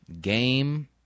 Game